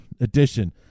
edition